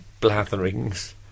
blatherings